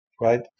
right